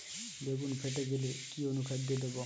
বেগুন ফেটে গেলে কি অনুখাদ্য দেবো?